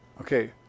okay